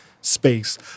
space